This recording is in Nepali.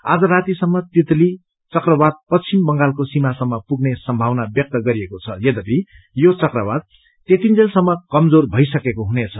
आज रातीसम्म तितली चक्रवात पश्चिम बंगालको सीमासम्म पुग्ने सम्भावना व्यक्त गरिएको छ यद्यपि यो चक्रवात त्यतिन्जेलसम्म कमजोर भइसकेको हुनेछ